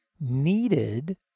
needed